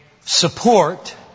support